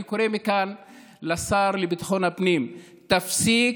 אני קורא מכאן לשר לביטחון הפנים: תפסיק.